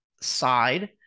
side